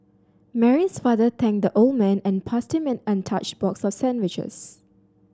Mary's father thanked the old man and passed him an untouched box for sandwiches